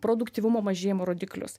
produktyvumo mažėjimo rodiklius